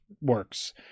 works